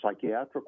psychiatric